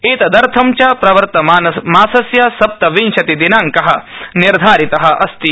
एतदर्थ च प्रवर्तमानमासस्य सप्तविंशतिदिनांक निर्धारित अस्ति